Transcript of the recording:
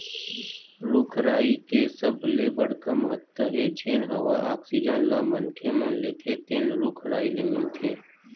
रूख राई के सबले बड़का महत्ता हे जेन हवा आक्सीजन ल मनखे मन लेथे तेन रूख राई ले मिलथे